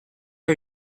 are